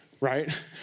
right